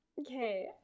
okay